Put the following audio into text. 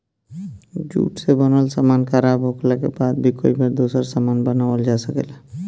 jute से बनल सामान खराब होखले के बाद भी कई बार दोसर सामान बनावल जा सकेला